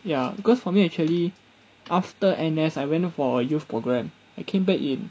ya because for me actually after N_S I went for a youth programme I came back in